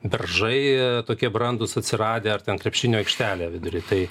beržai tokie brandūs atsiradę ar ten krepšinio aikštelė vidury tai